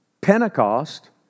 Pentecost